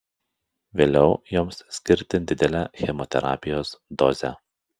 vėliau joms skirti didelę chemoterapijos dozę